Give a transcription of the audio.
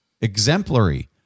exemplary